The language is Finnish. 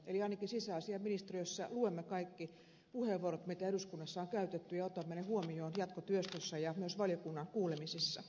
eli ainakin sisäasiainministeriössä luemme kaikki puheenvuorot mitä eduskunnassa on käytetty ja otamme ne huomioon jatkotyöstössä ja myös valiokunnan kuulemisissa